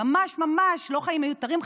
לא חיים מיותרים,